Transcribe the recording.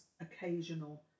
occasional